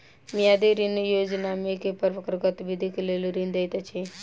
मियादी ऋण योजनामे केँ प्रकारक गतिविधि लेल ऋण देल जाइत अछि